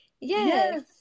yes